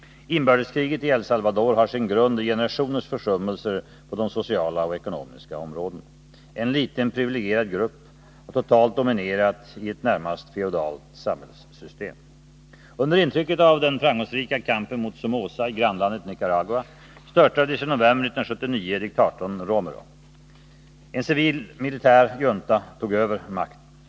Inbördeskriget i El Salvador har sin grund i generationers försummelser på de sociala och ekonomiska områdena. En liten privilegierad grupp har totalt dominerat i ett närmast feodalt samhällssystem. Under intryck av den framgångsrika kampen mot Somoza i grannlandet Nicaragua störtades i november 1979 diktatorn Romero. En civilmilitär junta tog över makten.